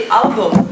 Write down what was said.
album